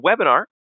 webinar